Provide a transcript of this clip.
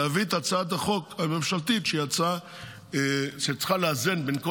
להביא את הצעת החוק הממשלתית שצריכה לאזן בין כל